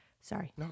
sorry